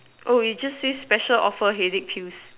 oh you just see special offer headache pills